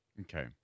Okay